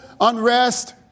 Unrest